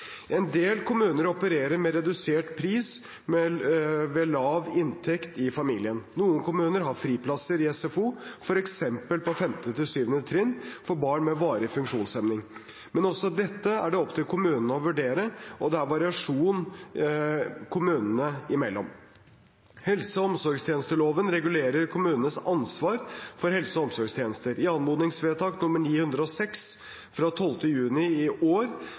En del kommuner opererer med redusert pris ved lav inntekt i familien. Noen kommuner har friplasser i SFO, f.eks. på 5.–7. trinn for barn med varig funksjonshemming. Men også dette er det opp til kommunene å vurdere, og det er variasjon kommunene imellom. Helse- og omsorgstjenesteloven regulerer kommunenes ansvar for helse- og omsorgstjenester. I anmodningsvedtak nr. 906 fra 12. juni i år